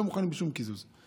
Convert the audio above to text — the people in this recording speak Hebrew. לא מוכנים לשום קיזוז.